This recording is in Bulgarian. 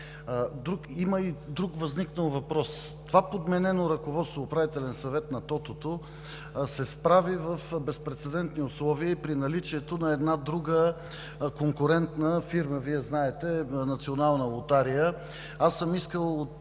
Има и друг възникнал въпрос – това подменено ръководство Управителен съвет на Тотото, се справи в безпрецедентни условия и при наличието на една друга конкурентна фирма, Вие знаете, Националната лотария.